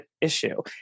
issue